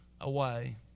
away